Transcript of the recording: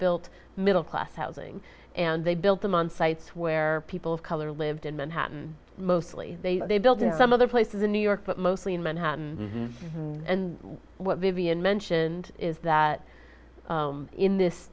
built middle class housing and they built them on sites where people of color lived in manhattan mostly they they built in some other places in new york but mostly in manhattan and what vivian mentioned is that in this